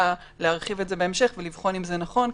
להרחיב את זה בהמשך ולבחון אם זה נכון.